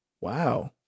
wow